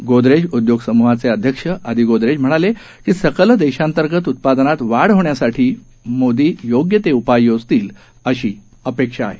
गोदरेज उद्योगसमुहाचे अध्यक्ष अदी गोदरेज म्हणाले की सकल देशांतर्गत उत्पादनात वाढ होण्यासाठी मोदी योग्य उपाय योजतील अशी अपेक्षा आहे